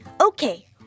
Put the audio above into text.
Okay